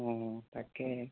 অঁ তাকে